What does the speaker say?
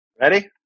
Ready